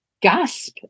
gasp